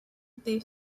they